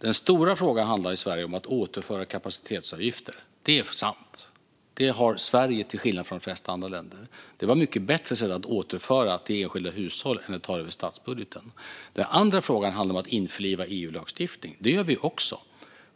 Den stora frågan i Sverige handlar om att återföra kapacitetsavgifter. Det är sant. Det har Sverige till skillnad från de flesta andra länder. Det var ett mycket bättre sätt att återföra till enskilda hushåll än att ta det över statsbudgeten. Den andra frågan handlar om att införliva EU-lagstiftning. Det gör vi också.